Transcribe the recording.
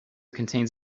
contains